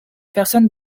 personne